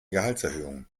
gehaltserhöhung